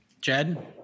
Jed